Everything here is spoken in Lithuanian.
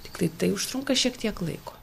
tiktai tai užtrunka šiek tiek laiko